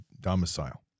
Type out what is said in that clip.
domicile